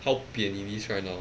好扁 it is right now